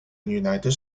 united